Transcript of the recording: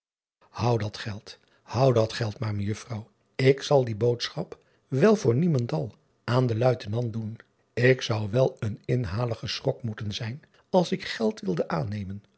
oud dat geld houd dat geld maar uffrouw ik zal die boodschap wel voor niemendal aan den uitenant doen k zou wel een inhalige schrok moeten zijn als ik geld wilde aannemen